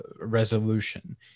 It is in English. resolution